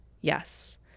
Yes